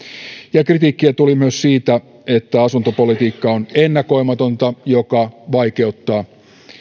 kritiikkiä tuli myös siitä että asuntopolitiikka on ennakoimatonta mikä vaikeuttaa